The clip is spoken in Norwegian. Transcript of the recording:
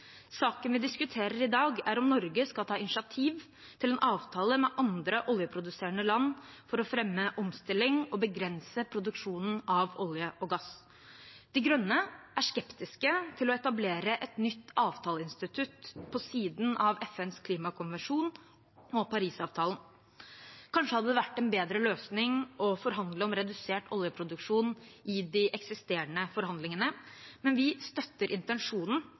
Saken vi diskuterer i dag, er om Norge skal ta initiativ til en avtale med andre oljeproduserende land for å fremme omstilling og begrense produksjonen av olje og gass. De Grønne er skeptiske til å etablere et nytt avtaleinstitutt på siden av FNs klimakonvensjon og Parisavtalen. Kanskje hadde det vært en bedre løsning å forhandle om redusert oljeproduksjon i de eksisterende forhandlingene, men vi støtter intensjonen.